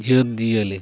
ᱡᱤᱵᱽᱼᱡᱤᱭᱟᱹᱞᱤ